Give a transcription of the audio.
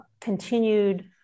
continued